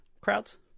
crowds